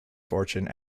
fortune